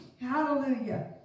Hallelujah